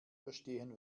verstehen